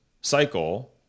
cycle